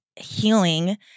Healing